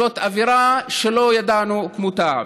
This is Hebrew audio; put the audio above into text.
זאת אווירה שלא ידענו כמותה.